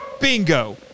Bingo